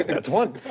that's one.